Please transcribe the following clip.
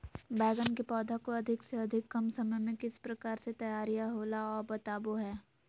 बैगन के पौधा को अधिक से अधिक कम समय में किस प्रकार से तैयारियां होला औ बताबो है?